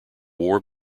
war